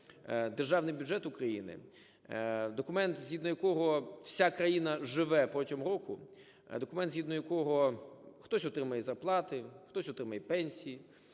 Державний бюджет України, документ, згідно якого вся країна живе протягом року, документ, згідно якого хтось отримує зарплати, хтось отримує пенсії,